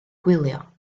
gwylio